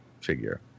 figure